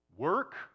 Work